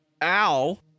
al